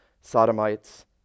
sodomites